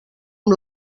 amb